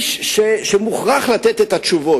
שמוכרח לתת את התשובות.